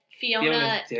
Fiona